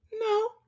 No